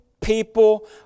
people